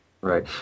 Right